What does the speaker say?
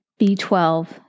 B12